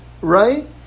right